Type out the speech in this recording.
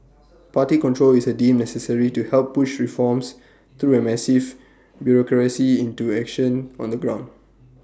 party control is A deemed necessary to help push reforms through A massive bureaucracy into action on the ground